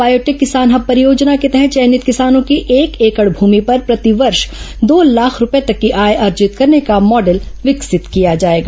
biotech किसान hub परियोजना के तहत चयनित किसानों की एक एकड़ भूमि पर प्रतिवर्ष दो लाख रूपये तक की आय अर्जित करने का मॉडल विकसित किया जाएगा